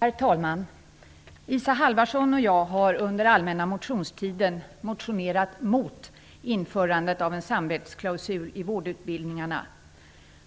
Herr talman! Isa Halvarsson och jag har under allmänna motionstiden motionerat mot införandet av en samvetsklausul i vårdutbildningarna.